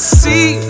see